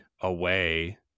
away